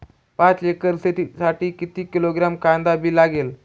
पाच एकर शेतासाठी किती किलोग्रॅम कांदा बी लागेल?